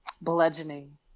bludgeoning